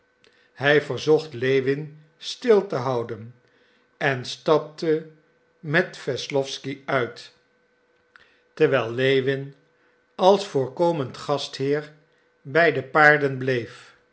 hij verzocht lewin stil te houden en stapte met wesslowsky uit terwijl lewin als voorkomend gastheer bij de